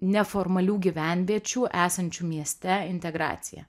neformalių gyvenviečių esančių mieste integracija